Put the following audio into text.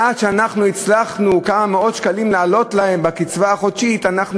עד שאנחנו הצלחנו להעלות להם את הקצבה החודשית בכמה מאות שקלים,